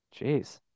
Jeez